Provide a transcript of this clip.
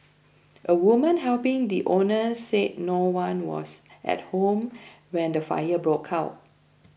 a woman helping the owners said no one was at home when the fire broke out